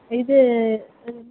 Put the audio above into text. இது